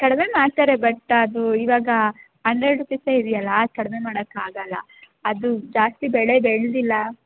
ಕಡಿಮೆ ಮಾಡ್ತಾರೆ ಬಟ್ ಅದು ಇವಾಗ ಅಂಡ್ರೆಡ್ ರುಪೀಸ್ ಇದೆಯಲ್ಲ ಆಗ ಕಡಿಮೆ ಮಾಡಕ್ಕೆ ಆಗೊಲ್ಲ ಅದು ಜಾಸ್ತಿ ಬೆಳೆ ಬೆಳೆದಿಲ್ಲ